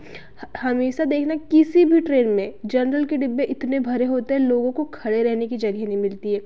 हमेशा देखना किसी भी ट्रेन में जेनरल के डब्बे इतने भरे होते हैं लोगों को खड़े रहने की जगह नहीं मिलती है